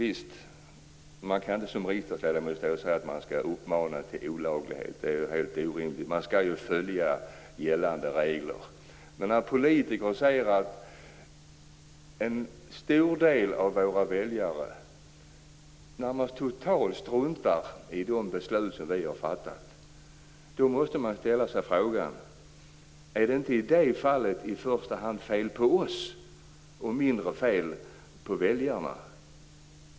Man kan helt visst som riksdagsledamot inte uppmana till olaglighet. Det är helt orimligt. Man skall följa gällande regler. Men när politiker säger att en stor del av våra väljare närmast totalt struntar i de beslut som vi har fattat, måste man ställa sig frågan: Är det inte i det fallet i första hand fel på oss och mindre fel på väljarna?